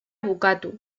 bukatu